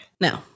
No